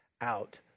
out